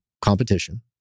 competition